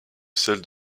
celle